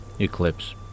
Eclipse